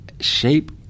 shape